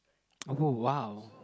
oh !wow!